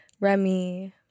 Remy